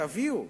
תביאו,